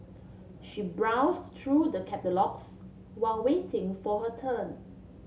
she browsed through the catalogues while waiting for her turn